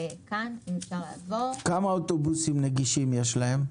כמה אוטובוסים נגישים יש להם,